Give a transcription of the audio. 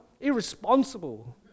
irresponsible